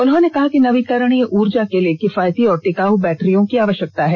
उन्होंने कहा कि नवीकरणीय ऊर्जा के लिए किफायती और टिकाऊ बैटरियों की आवश्यकता है